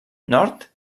nord